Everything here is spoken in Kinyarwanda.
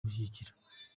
kumushyigikira